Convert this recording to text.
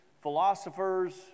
philosophers